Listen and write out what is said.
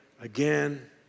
again